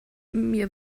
mir